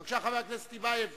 בבקשה, חבר הכנסת טיבייב.